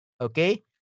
okay